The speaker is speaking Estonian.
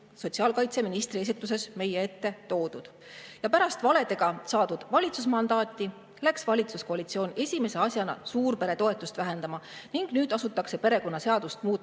sotsiaalkaitseministri esituses meie ette toodud. Pärast valede abil saadud valitsusmandaati läks valitsuskoalitsioon esimese asjana suurperetoetust vähendama ning nüüd asutakse perekonnaseadust muutma,